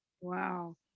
wow